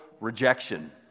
rejection